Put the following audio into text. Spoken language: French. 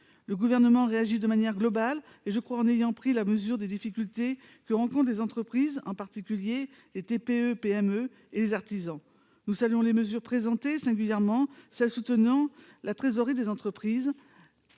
Le Gouvernement réagit de manière globale. Il me semble avoir pris la mesure des difficultés que rencontrent les entreprises, en particulier les TPE-PME et les artisans. Nous saluons les mesures présentées, en particulier celles qui visent à soutenir la trésorerie des entreprises,